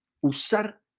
usar